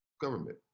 government